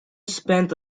spent